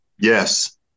Yes